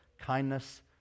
kindness